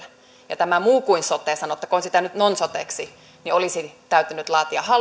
ja tämä muu kuin sote sanottakoon sitä nyt non soteksi olisi täytynyt laatia